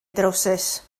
drywsus